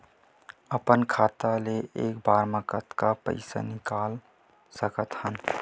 अपन खाता ले एक बार मा कतका पईसा निकाल सकत हन?